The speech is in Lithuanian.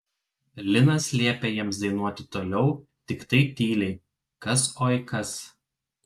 linas liepė jiems dainuoti toliau tiktai tyliai kas oi kas